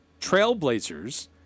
Trailblazers